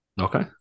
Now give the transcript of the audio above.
Okay